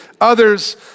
others